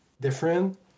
different